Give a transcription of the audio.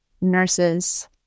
nurses